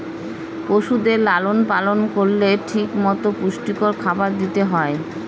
পশুদের লালন পালন করলে ঠিক মতো পুষ্টিকর খাবার দিতে হয়